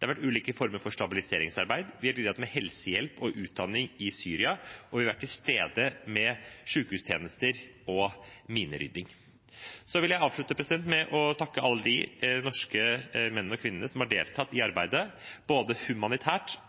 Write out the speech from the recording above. Det har vært ulike former for stabiliseringsarbeid. Vi har bidratt med helsehjelp og utdanning i Syria, og vi har vært til stede med sykehustjenester og minerydding. Så vil jeg avslutte med å takke alle de norske mennene og kvinnene som har deltatt i arbeidet, både humanitært